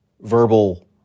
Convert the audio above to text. verbal